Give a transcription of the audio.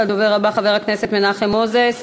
הדובר הבא, חבר הכנסת מנחם מוזס,